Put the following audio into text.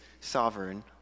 sovereign